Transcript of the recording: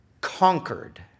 conquered